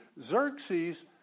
Xerxes